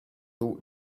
ought